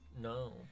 No